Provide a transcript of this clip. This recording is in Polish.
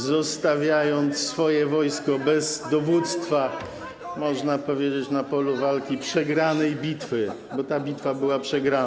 zostawiając swoje wojsko bez dowództwa, można powiedzieć, na polu walki, przegranej bitwy, bo ta bitwa była przegrana.